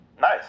Nice